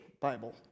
Bible